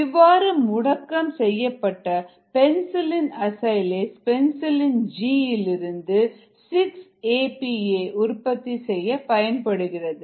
இவ்வாறு முடக்கம் செய்யப்பட்ட பென்சில்இன் அசைலேஸ் பென்சில்இன் ஜி இலிருந்து 6 ஏபிஏ உற்பத்தி செய்ய பயன்படுகிறது